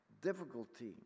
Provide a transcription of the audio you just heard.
difficulty